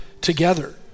together